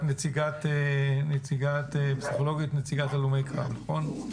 את פסיכולוגית, נציגת הלומי קרב, נכון?